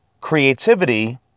Creativity